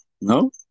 No